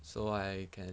so I can